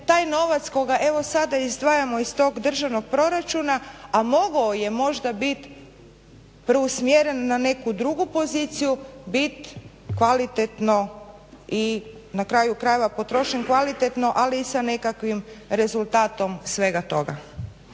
taj novac koga evo sada izdvajamo iz tog državnog proračuna, a mogao je možda bit preusmjeren na neku drugu poziciju bit kvalitetno i na kraju krajeva potrošen kvalitetno, ali i sa nekakvim rezultatom svega toga.